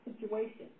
situation